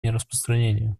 нераспространению